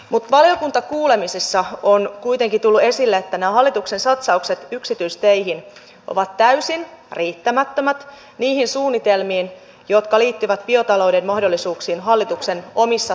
mutta valiokuntakuulemisissa on kuitenkin tullut esille että nämä hallituksen satsaukset yksityisteihin ovat täysin riittämättömät niihin suunnitelmiin jotka liittyvät biotalouden mahdollisuuksiin hallituksen omissa tavoitteissa